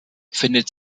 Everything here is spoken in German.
findet